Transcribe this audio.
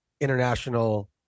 International